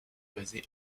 basée